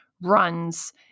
runs